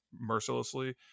mercilessly